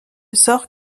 sort